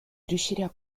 riuscirà